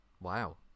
wow